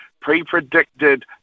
pre-predicted